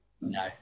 no